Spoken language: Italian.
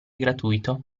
gratuito